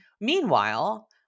Meanwhile